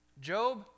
Job